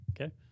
Okay